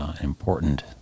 important